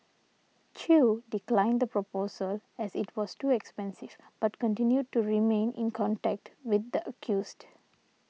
Chew declined the proposal as it was too expensive but continued to remain in contact with the accused